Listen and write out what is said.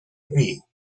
three